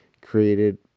created